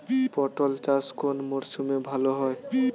পটল চাষ কোন মরশুমে ভাল হয়?